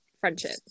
friendship